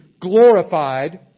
glorified